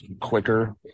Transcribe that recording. quicker